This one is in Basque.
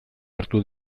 hartu